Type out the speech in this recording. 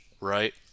right